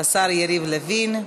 השר יריב לוין.